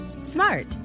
smart